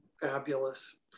Fabulous